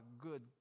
good